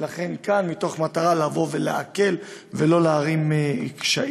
ולכן כאן, מתוך מטרה לבוא ולהקל ולא להערים קשיים,